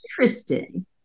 interesting